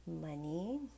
money